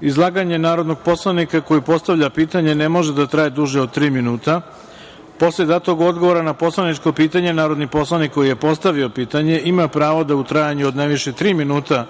izlaganje narodnog poslanika koji postavlja pitanje ne može da traje duže od tri minuta; posle datog odgovora na poslaničko pitanje narodni poslanik koji je postavio pitanje ima pravo da u trajanju od najviše tri minuta